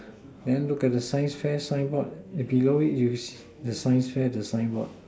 then look at the sign sign board below you see the sign the sign board